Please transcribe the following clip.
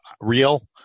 real